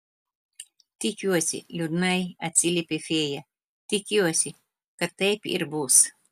tikiuosi liūdnai atsiliepė fėja tikiuosi kad taip ir bus